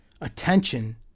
attention